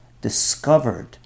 discovered